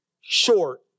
short